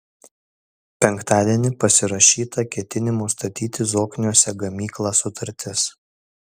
penktadienį pasirašyta ketinimų statyti zokniuose gamyklą sutartis